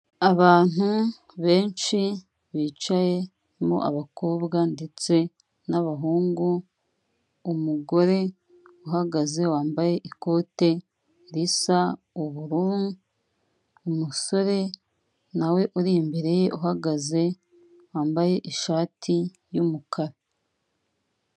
Abantu benshi bicayemo abakobwa ndetse n'abahungu, umugore uhagaze wambaye ikote risa ubururu, umusore nawe uri imbere uhagaze wambaye ishati y'umukara.